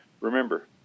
Remember